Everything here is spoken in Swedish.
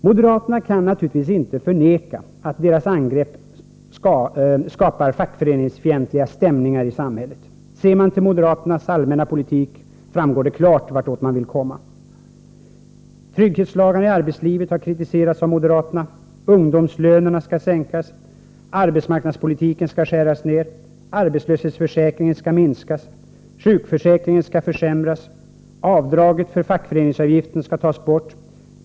Moderaterna kan naturligtvis inte förneka att deras angrepp skapar fackföreningsfientliga stämningar i samhället. Ser man till moderaternas allmänna politik framgår det klart vart de vill komma. Trygghetslagarna i arbetslivet har kritiserats av moderaterna. Ungdomslönerna skall sänkas. Arbetsmarknadspolitiken skall skäras ned. Arbetslöshetsförsäkringen skall minskas. Sjukförsäkringen skall försämras. Avdraget för fackföreningsavgiften skall bort.